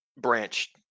branch